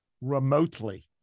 remotely